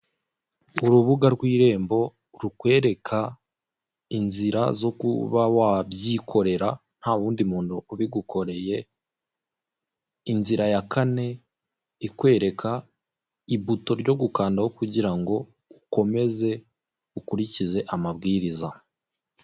Urubuga rw'urembo rukwereka inzira zo kuba wabyikorera ntawundi muntu ubigukoreye, inzira ya kane ikwereka ibuto ryo gukandaho kugira ngo ukomeze ukurikize amabwiriza.